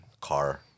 car